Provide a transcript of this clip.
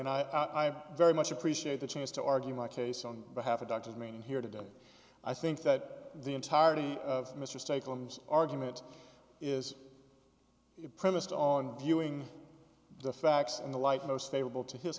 i very much appreciate the chance to argue my case on behalf of doctors meaning here today i think that the entirety of mr state thems argument is premised on viewing the facts in the light most favorable to his